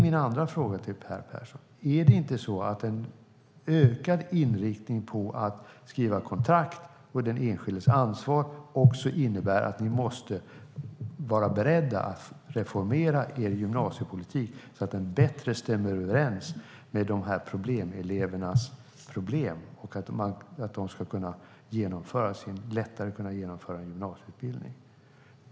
Min andra fråga till Peter Persson är därför: Är det inte så att en ökad inriktning på att skriva kontrakt och den enskildes ansvar innebär att ni också måste vara beredda att reformera er gymnasiepolitik så att den bättre stämmer överens med problemelevernas problem så att de lättare kan genomgå en gymnasieutbildning?